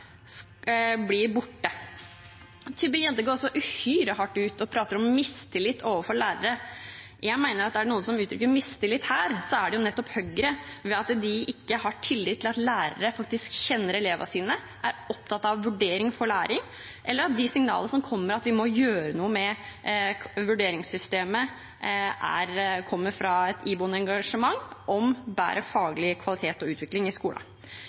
blir borte. Tybring-Gjedde går også uhyre hardt ut og prater om mistillit overfor lærere. Jeg mener at er det noen som uttrykker mistillit her, er det nettopp Høyre ved at de ikke har tillit til at lærere faktisk kjenner elevene sine, er opptatt av vurdering for læring, eller at de signalene som kommer om at vi må gjøre noe med vurderingssystemet, kommer fra et iboende engasjement for bedre faglig kvalitet og utvikling i skolen.